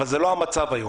אבל זה לא המצב היום.